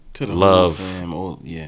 Love